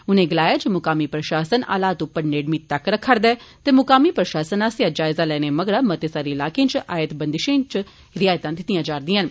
उनें गलाया जे मुकामी प्रशासन हालात उप्पर नेड़मी तक्क रक्खा'रदा ऐ ते मुकामी प्रशासन आस्सेआ जायजा लैने मगरा मते सारे इलाकें इच आयत बंदशें इच रियायतां दितितयां जा'रदियां न